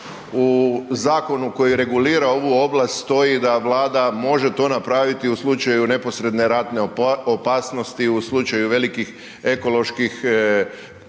u zakonu koji regulira ovu oblast stoji da Vlada može to napraviti u slučaju neposredne ratne opasnosti, u slučaju velikih ekoloških